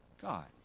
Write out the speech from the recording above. God